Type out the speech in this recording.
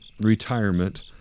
retirement